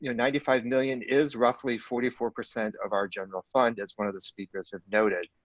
you know ninety five million is roughly forty four percent of our general fund as one of the speakers have noted.